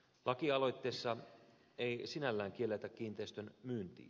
lakialoitteessa ei sinällään kielletä kiinteistön myyntiä